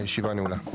הישיבה נעולה.